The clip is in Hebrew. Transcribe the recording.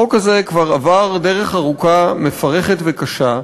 החוק הזה כבר עבר דרך ארוכה, מפרכת וקשה,